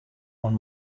oan